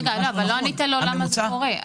הממוצע --- רגע, אבל לא ענית לו למה זה קורה.